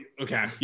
Okay